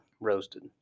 Roasted